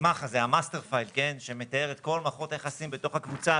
file שמתאר את כל מערכות היחסים בתוך הקבוצה,